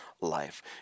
life